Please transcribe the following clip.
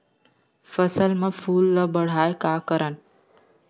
फसल म फूल ल बढ़ाय का करन?